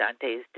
Dante's